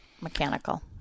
Mechanical